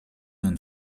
nun